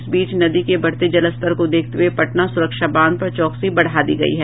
इस बीच नदी के बढ़ते जलस्तर को देखते हुये पटना सुरक्षा बांध पर चौकसी बढ़ा दी गई है